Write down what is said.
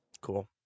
cool